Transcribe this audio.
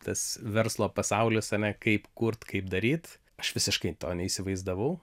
tas verslo pasaulis ane kaip kurt kaip daryt aš visiškai to neįsivaizdavau